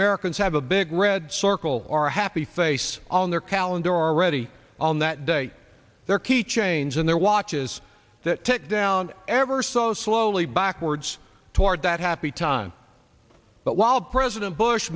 americans have a big red circle or a happy face on their calendar are ready on that day their key change in their watches that tech down ever so slowly backwards toward that happy time but while president bush